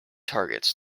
targets